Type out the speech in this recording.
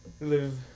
live